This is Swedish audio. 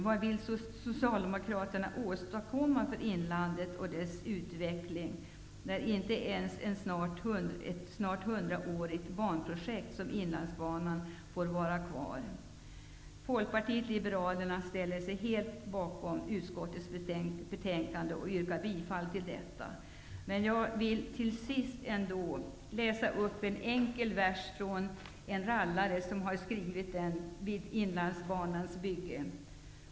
Vad vill Socialdemokraterna åstadkomma för inlandet och dess utveckling, när inte ens ett snart hundraårigt banprojekt som Inlandsbanan får vara kvar? Folkpartiet liberalerna ställer sig helt bakom utskottets hemställan, och jag yrkar alltså bifall till hemställan. Sist vill jag läsa upp en enkel vers skriven av en rallare när Inlandsbanan byggdes.